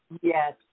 yes